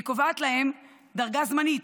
והיא קובעת להם דרגה זמנית.